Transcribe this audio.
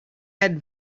had